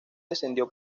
descendió